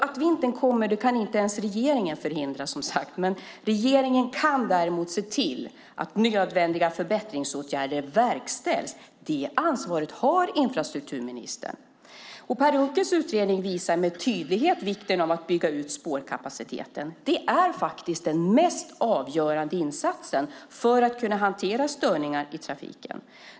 Att vintern kommer kan inte ens regeringen förhindra, som sagt, men regeringen kan däremot se till att nödvändiga förbättringsåtgärder verkställs. Det ansvaret har infrastrukturministern. Per Unckels utredning visar med tydlighet vikten av att bygga ut spårkapaciteten. Det är den mest avgörande insatsen för att man ska kunna hantera störningar i trafiken.